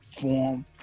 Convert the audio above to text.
form